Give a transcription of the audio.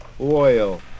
oil